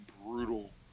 brutal